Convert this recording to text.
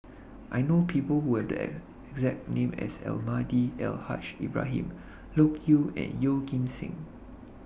I know People Who Have The exact name as Almahdi Al Haj Ibrahim Loke Yew and Yeoh Ghim Seng